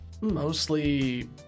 Mostly